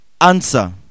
Answer